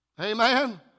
Amen